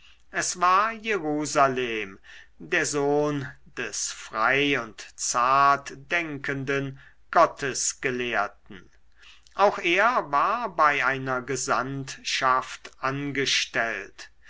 es war jerusalem der sohn des frei und zart denkenden gottesgelehrten auch er war bei einer gesandtschaft angestellt